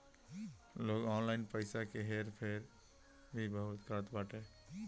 लोग ऑनलाइन पईसा के हेर फेर भी बहुत करत बाटे